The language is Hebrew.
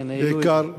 בעיקר,